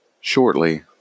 shortly